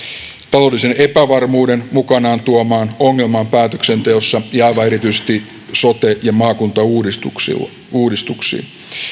taloudellisen epävarmuuden mukanaan tuomaan ongelmaan päätöksenteossa ja aivan erityisesti sote ja maakuntauudistukseen